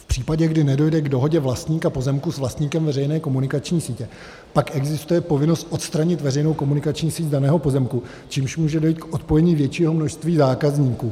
V případě, kdy nedojde k dohodě vlastníka pozemku s vlastníkem veřejné komunikační sítě, pak existuje povinnost odstranit veřejnou komunikační síť z daného pozemku, čímž může dojít k odpojení většího množství zákazníků.